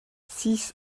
six